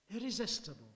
irresistible